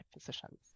physicians